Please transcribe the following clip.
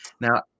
now